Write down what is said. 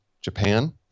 Japan